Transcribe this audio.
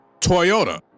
toyota